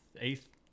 eighth